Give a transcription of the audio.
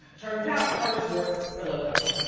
turns out hers were silicone.